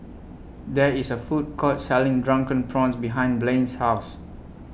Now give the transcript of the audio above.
There IS A Food Court Selling Drunken Prawns behind Blane's House